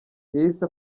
yahise